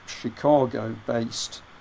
Chicago-based